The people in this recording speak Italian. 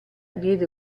diede